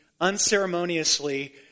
unceremoniously